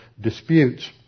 disputes